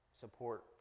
support